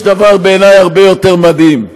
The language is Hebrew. יש דבר בעיני הרבה יותר מדהים,